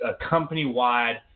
company-wide